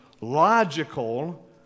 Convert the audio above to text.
logical